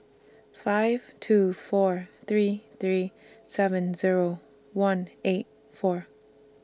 five two four three three seven Zero one eight four